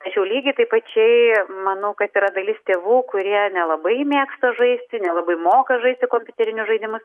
tačiau lygiai taip pačiai manau kad yra dalis tėvų kurie nelabai mėgsta žaisti nelabai moka žaisti kompiuterinius žaidimus